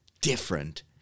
different